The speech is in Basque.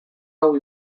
hau